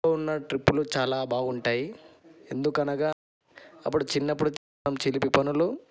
ఉన్న ట్రిప్పులు చాలా బాగుంటాయి ఎందుకనగా అప్పుడు చిన్నప్పుడు చిలిపి పనులు